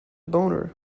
boner